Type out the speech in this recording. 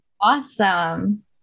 Awesome